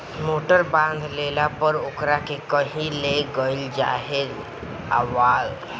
मोटरी बांध लेला पर ओकरा के कही ले गईल चाहे ले आवल आसान होला